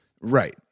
Right